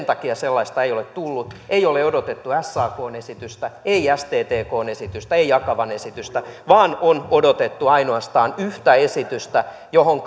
takia sellaista ei ole tullut ei ole odotettu sakn esitystä ei sttkn esitystä ei akavan esitystä vaan on odotettu ainoastaan yhtä esitystä johon